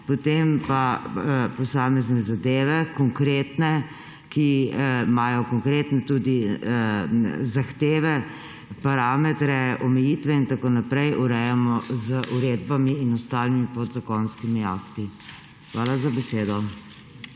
potem pa posamezne zadeve, konkretne, ki imajo konkretne tudi zahteve, parametre, omejitve in tako naprej, urejamo z uredbami in ostalimi podzakonskimi akti. Hvala za besedo.